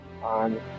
on